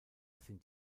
sind